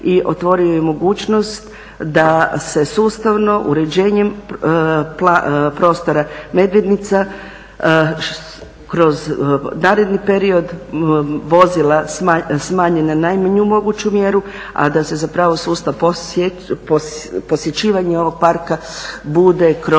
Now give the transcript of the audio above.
i otvorio je mogućnost da se sustavno uređenjem prostora Medvednica kroz naredni period vozila smanje na najmanju moguću mjeru, a da se za pravo sustav posjećivanja ovog parka bude kroz